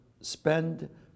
spend